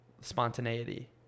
spontaneity